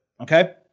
Okay